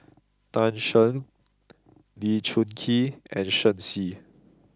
Tan Shen Lee Choon Kee and Shen Xi